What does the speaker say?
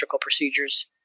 procedures